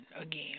again